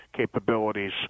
capabilities